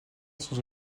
sans